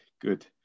Good